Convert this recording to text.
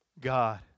God